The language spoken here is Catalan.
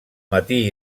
matí